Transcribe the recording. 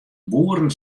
boeren